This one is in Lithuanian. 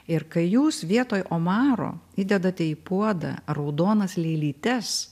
ir kai jūs vietoj omaro įdedate į puodą raudonas lėlytes